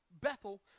Bethel